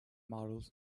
models